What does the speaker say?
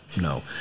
no